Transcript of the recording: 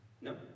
no